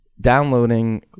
downloading